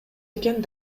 экен